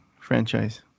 franchise